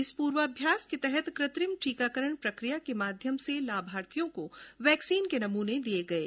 इस पूर्वाभ्यास के तहत क्रत्रिम टीकाकरण प्रक्रिया के माध्यम से लाभार्थियों को वैक्सीन के नमूने दिए गये